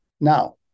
Now